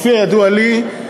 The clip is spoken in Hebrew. לפי הידוע לי,